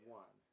one